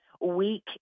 weak